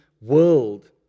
world